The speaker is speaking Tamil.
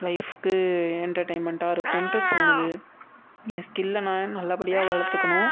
லைஃப்க்கு என்டர்டெயின்மென்ட்டாக இருக்கும்ன்ட்டு தோணுது என் ஸ்கில்லை நான் நல்லபடியாக வளர்த்துக்கணும்